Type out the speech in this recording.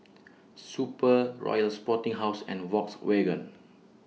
Super Royal Sporting House and Volkswagen